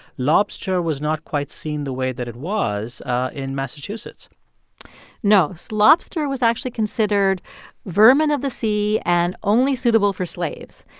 lobster was not quite seen the way that it was in massachusetts no. so lobster was actually considered vermin of the sea and only suitable for slaves.